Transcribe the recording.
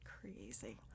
crazy